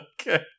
Okay